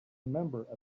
remember